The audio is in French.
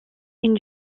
une